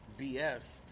BS